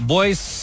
Boys